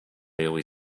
railway